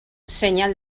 senyal